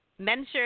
Mention